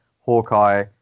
Hawkeye